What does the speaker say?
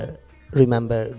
remember